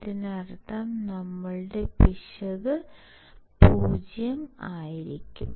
അതിനർത്ഥം ഞങ്ങളുടെ പിശക് 0 ആയിരിക്കും